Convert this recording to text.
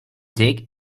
dig